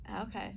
okay